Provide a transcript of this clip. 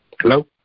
Hello